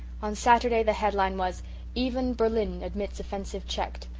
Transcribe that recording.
on saturday the headline was even berlin admits offensive checked,